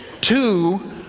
Two